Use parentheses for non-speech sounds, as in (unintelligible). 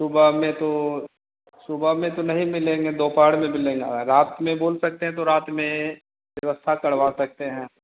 सुबह में तो सुबह में तो नहीं मिलेंगे दोपहर में मिलेंगे (unintelligible) रात में बोल सकते हैं तो रात में व्यवस्था करवा सकते हैं